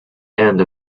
end